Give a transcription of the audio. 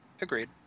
Agreed